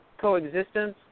coexistence